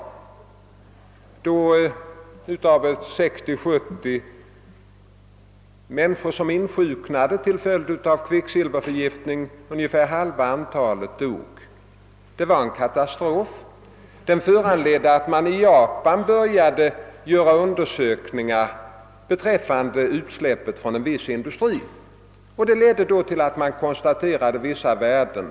Av 60—70 människor som insjuknade till följd av kvicksilverförgiftning dog ungefär halva antalet. Det var verkligen en katastrof, och den föranledde att man i Japan började göra undersökningar beträffande utsläppet från en viss industri, varvid man konstaterade vissa höga kvicksilvervärden.